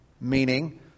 meaning